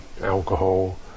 alcohol